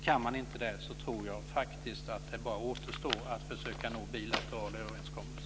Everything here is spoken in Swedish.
Kan man inte det tror jag faktiskt att det bara återstår att försöka nå bilaterala överenskommelser.